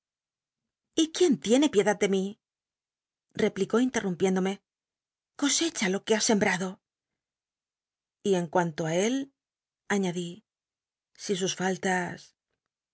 juién tiene piedad de mi replicó inlel'rumpiéndome cosecha lo que ha sembrado y en cuanto i él añadí si sus fallas